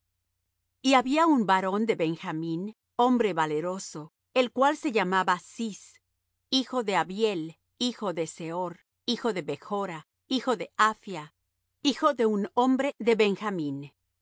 y habia un varón de benjamín hombre valeroso el cual se llamaba cis hijo de abiel hijo de seor hijo de bechra hijo de aphia hijo de un hombre de benjamín